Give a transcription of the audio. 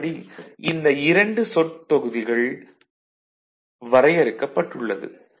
அதன்படி இந்த இரண்டு சொற்றொகுதிகள் வரையறுக்கப்பட்டுள்ளது